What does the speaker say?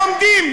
עומדים,